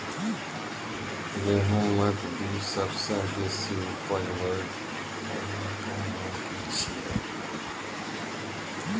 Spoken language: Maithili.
गेहूँमक बीज सबसे बेसी उपज होय वालाक नाम की छियै?